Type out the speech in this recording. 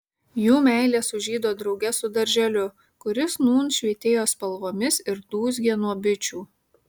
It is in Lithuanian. jų meilė sužydo drauge su darželiu kuris nūn švytėjo spalvomis ir dūzgė nuo bičių